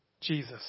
Jesus